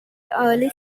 early